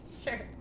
sure